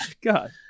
God